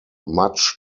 much